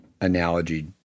analogy